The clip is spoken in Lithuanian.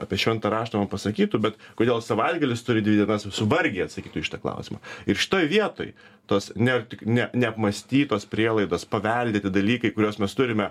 apie šventą raštą man pasakytų bet kodėl savaitgalis turi dvi dienas su vargiai atsakytų į šitą klausimą ir šitoj vietoj tos ne tik ne neapmąstytos prielaidos paveldėti dalykai kuriuos mes turime